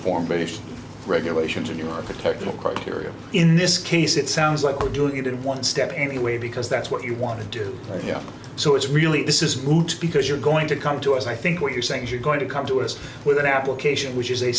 british regulations in your architectural criteria in this case it sounds like we're doing it in one step anyway because that's what you want to do you know so it's really this is moot because you're going to come to us i think what you're saying is you're going to come to us with an application which is a